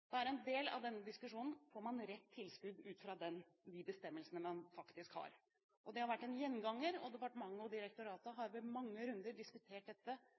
Det er en del av denne diskusjonen at man får rett tilskudd ut fra de bestemmelsene man faktisk har. Det har vært en gjenganger, og departementet og direktoratet har – i mange runder – diskutert dette